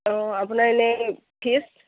অঁ আপোনাৰ এনেই ফিজ